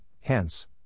hence